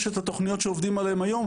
יש את התוכניות שעובדים עליהם היום,